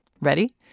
Ready